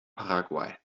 paraguay